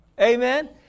Amen